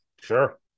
Sure